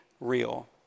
real